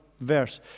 verse